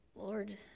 Lord